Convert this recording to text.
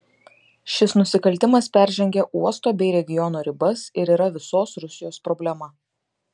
šis nusikaltimas peržengia uosto bei regiono ribas ir yra visos rusijos problema